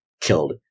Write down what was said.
killed